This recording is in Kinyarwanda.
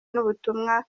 n’ubutumwa